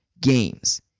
games